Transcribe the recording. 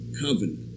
Covenant